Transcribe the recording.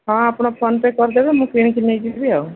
ହଁ ଆପଣ ଫୋନ୍ପେ କରିଦେବେ ମୁଁ କିଣିକି ନେଇକି ଯିବି ଆଉ